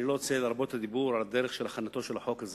(תיקון מס' 7). אני לא רוצה להרבות בדיבור על דרך הכנתו של החוק הזה,